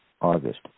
August